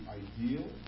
ideal